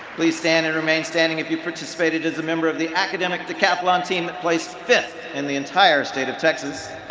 please stand and remain standing if you participated as a member of the academic decathlon team that placed fifth in the entire state of texas.